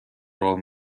راه